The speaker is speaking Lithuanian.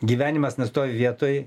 gyvenimas nestovi vietoj